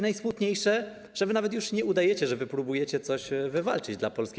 Najsmutniejsze, że wy nawet już nie udajecie, że próbujecie coś wywalczyć dla Polski.